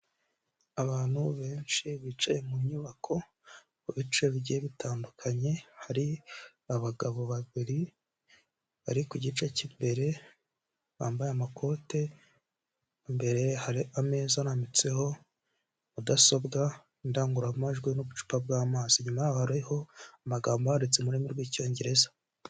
Abantu benshi bicaye mu nyubako mu bice bigiye bitandukanye, hari abagabo babiri bari ku gice cy'imbere bambaye amakote, imbere hari ameza arambitseho mudasobwa, indangururamajwi n'ubucupa bw'amazi. Inyuma yaho hariho amagambo ahanditse mu rurimi rw'icyongereza.